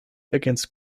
against